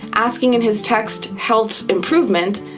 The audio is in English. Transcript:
asking in his text health's improvement,